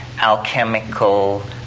alchemical